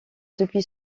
depuis